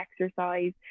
exercise